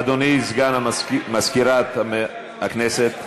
אדוני סגן מזכירת הכנסת,